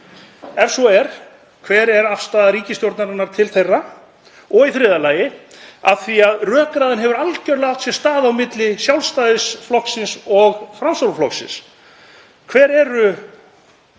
Ef svo er, hver er afstaða ríkisstjórnarinnar til þeirra? Og í þriðja lagi, af því að rökræðan hefur algerlega átt sér stað á milli Sjálfstæðisflokksins og Framsóknarflokksins: Hver er